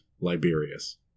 Liberius